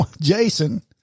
Jason